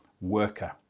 worker